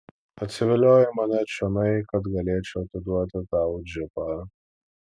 atsiviliojai mane čionai kad galėčiau atiduoti tau džipą